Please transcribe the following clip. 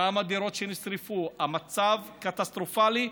כמה דירות שנשרפו, המצב קטסטרופלי.